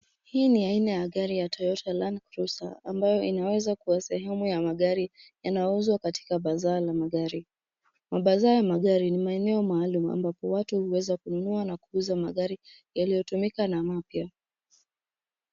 Hii ni aina ya gari la Toyota Landcruiser, ambayo inaweza kuwa sehemu ya magari yanayouzwa katika bazaar la magari. Mabazaar ya magari ni maeneo ambapo watu huweza kununua na kuuza magari yaliyotumika na mapya.